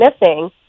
missing